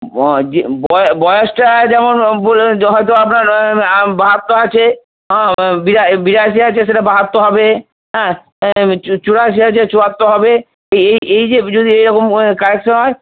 বয়েসটা যেমন হয়তো আপনার বাহাত্তর আছে বিরাশি আছে সেটা বাহাত্তর হবে হ্যাঁ চুরাশি আছে চুয়াত্তর হবে এই এই যে যদি এই রকম কারেকশন হয়